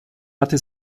hatte